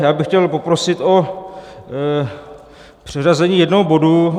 Já bych chtěl poprosit o přeřazení jednoho bodu.